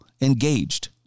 engaged